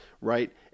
right